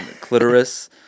clitoris